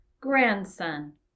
grandson